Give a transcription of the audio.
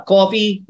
Coffee